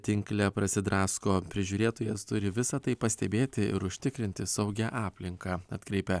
tinkle prasidrasko prižiūrėtojas turi visa tai pastebėti ir užtikrinti saugią aplinką atkreipia